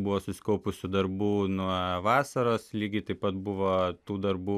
buvo susikaupusių darbų nuo vasaros lygiai taip pat buvo tų darbų